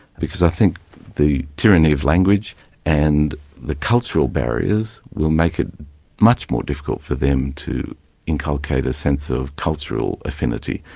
because i think the tyranny of language and the cultural barriers will make it much more difficult for them to inculcate a sense of cultural affinity,